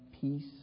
peace